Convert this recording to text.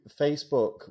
Facebook